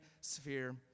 sphere